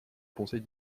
conseil